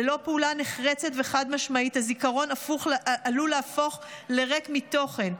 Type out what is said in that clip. ללא פעולה נחרצת וחד משמעית הזיכרון עלול להפוך לריק מתוכן,